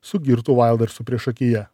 su girtu vaildu ir su priešakyje